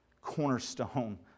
cornerstone